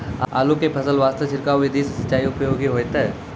आलू के फसल वास्ते छिड़काव विधि से सिंचाई उपयोगी होइतै?